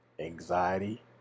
anxiety